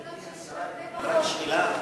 רק שאלה,